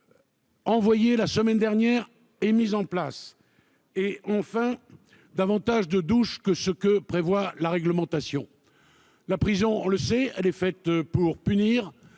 en place la semaine dernière ; enfin, permettre davantage de douches que ce que prévoit la réglementation. La prison, on le sait, est faite pour punir